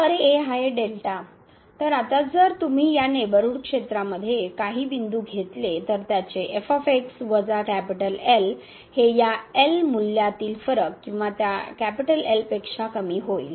तर हे आहे तर आता जर तुम्ही या नेबरहूड क्षेत्रामध्ये काही बिंदू घेतले तर त्याचे वजा हे या L मूल्यातील फरक किंवा त्या L पेक्षा कमी होईल